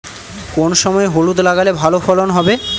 কোন সময় হলুদ লাগালে ভালো ফলন হবে?